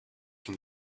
can